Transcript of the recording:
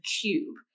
cube